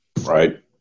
right